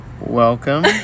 Welcome